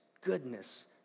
goodness